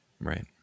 Right